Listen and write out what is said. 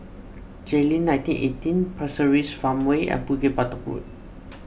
Jayleen nineteen eighteen Pasir Ris Farmway and Bukit Batok Road